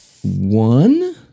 one